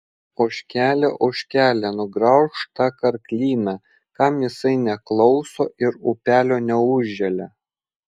ožkele ožkele nugraužk tą karklyną kam jisai neklauso ir upelio neužželia